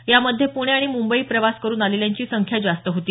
यामध्ये पुणे आणि मुंबई प्रवास करून आलेल्यांची संख्या जास्त होती